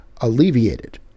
alleviated